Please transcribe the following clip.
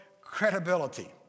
credibility